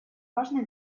важным